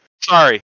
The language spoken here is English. Sorry